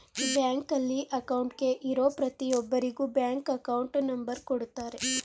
ಬ್ಯಾಂಕಲ್ಲಿ ಅಕೌಂಟ್ಗೆ ಇರೋ ಪ್ರತಿಯೊಬ್ಬರಿಗೂ ಬ್ಯಾಂಕ್ ಅಕೌಂಟ್ ನಂಬರ್ ಕೊಡುತ್ತಾರೆ